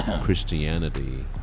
Christianity